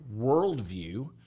worldview